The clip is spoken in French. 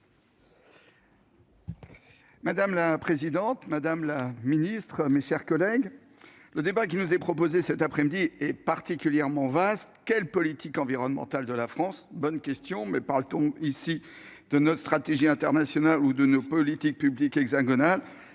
Madame la présidente, madame la secrétaire d'État, mes chers collègues, le débat qui nous est proposé cet après-midi est particulièrement vaste. Quelle politique environnementale pour la France ? La question est bonne, mais parle-t-on ici de notre stratégie internationale ou de nos politiques publiques dans